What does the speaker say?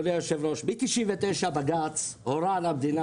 מ-99' בג"ץ הורה למדינה,